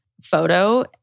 photo